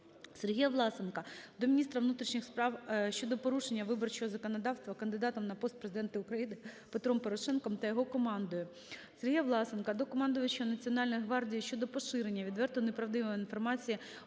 Сергія Власенка до міністра внутрішніх справ щодо порушення виборчого законодавства кандидатом на пост Президента України Петром Порошенком та його командою. Сергія Власенка до командувача Національної гвардії щодо поширення відверто неправдивої інформації